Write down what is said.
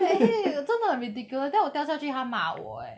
eh actually 真的很 ridiculous then 我掉下去他骂我 eh